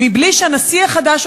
ובלי שהנשיא החדש,